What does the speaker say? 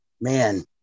man